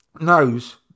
knows